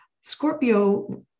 Scorpio